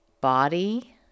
body